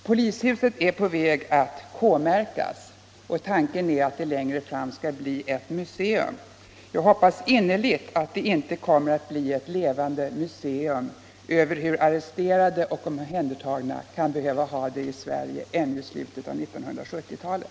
Polishuset är på väg att K-märkas, och tanken är att det längre fram skall bli ett museum. Jag hoppas innerligt att det inte kommer att bli ett levande museum över hur arresterade och omhändertagna kan behöva ha det i Sverige ännu i slutet av 1970-talet.